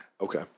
Okay